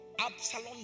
Absalom